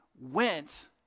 went